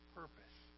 purpose